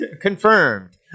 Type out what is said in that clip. confirmed